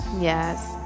yes